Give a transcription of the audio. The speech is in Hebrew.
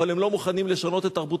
אבל הם לא מוכנים לשנות את תרבותם,